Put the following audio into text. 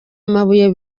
amabuye